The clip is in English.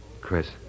Chris